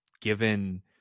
given